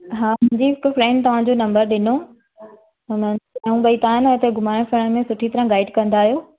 हा मुंहिंजी हिक फ्रैंड तव्हांजो नंबर ॾिनो हुननि ऐं बई तव्हांजे न हिते घुमायनि फिरायनि में सुठी तरह गाइड कंदा आहियो